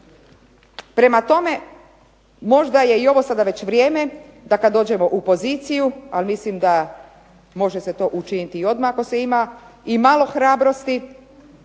Prema tome, možda je ovo sada već vrijeme da kada dođemo u poziciju, a mislim da može se to učiniti odmah ako se ima malo hrabrosti